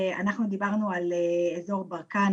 אנחנו דיברנו על אזור ברקן,